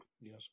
yes